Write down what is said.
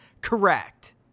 correct